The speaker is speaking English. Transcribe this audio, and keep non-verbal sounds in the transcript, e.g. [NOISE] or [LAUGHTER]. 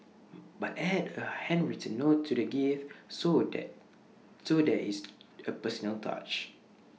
but add A handwritten note to the gift so there [HESITATION] is A personal touch